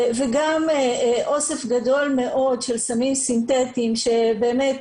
וגם אוסף גדול מאוד של סמים סינטטיים שבאמת